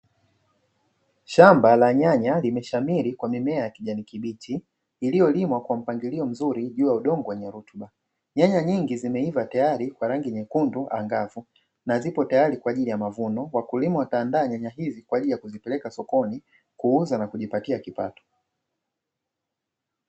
Shamba la nyanya limeshamiri kwa mimea ya kijani kibichi, iliyolimwa kwa mpangilio mzuri juu ya udongo wenye rutuba, nyanya nyingi zimeiva tayari kwa rangi nyekundu angavu na zipo tayari kwa ajili ya mavuno, wakulima wataanda nyanya hizi kwa ajili ya kuzipeleka sokoni kuuza na kujipatia kipato.